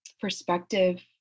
perspective